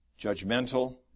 judgmental